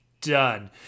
done